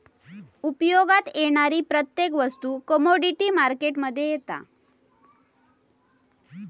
उपयोगात येणारी प्रत्येक वस्तू कमोडीटी मार्केट मध्ये येता